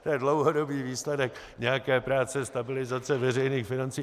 To je dlouhodobý výsledek nějaké práce, stabilizace veřejných financí.